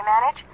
manage